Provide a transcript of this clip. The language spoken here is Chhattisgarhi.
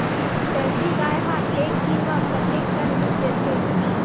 जर्सी गाय ह एक दिन म कतेकन दूध देथे?